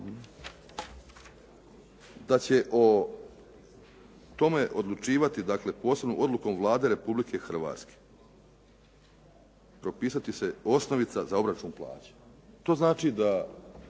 da će o tome odlučivati, dakle posebnom odlukom Vlade Republike Hrvatske propisat će se osnovica za obračun plaća. To znači da